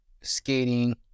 skating